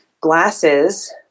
glasses